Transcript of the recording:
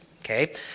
okay